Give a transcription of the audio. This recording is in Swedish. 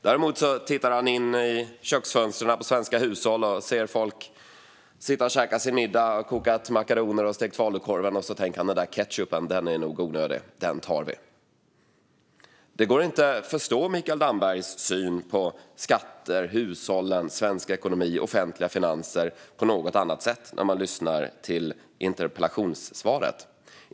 Däremot tittar han in i köksfönstren på svenska hushåll och ser folk sitta och käka sin middag. De har kokat makaroner och stekt falukorven. Han tänker: Den där ketchupen är nog onödig. Den tar vi. Det går inte att förstå Mikael Dambergs syn på skatter, hushållen, svensk ekonomi och offentliga finanser på något annat sätt när man lyssnar till interpellationssvaret.